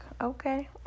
okay